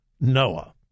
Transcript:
Noah